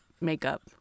makeup